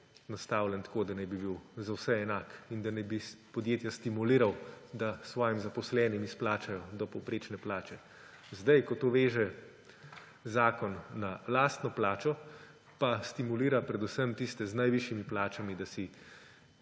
nastavljen tako, da naj bi bil za vse enak in da naj bi podjetja stimuliral, da svojim zaposlenim izplačajo do povprečne plače. Zdaj, ko to veže zakon na lastno plačo, pa stimulira predvsem tiste z najvišjimi plačami, da si